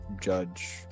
judge